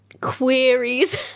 Queries